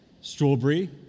Strawberry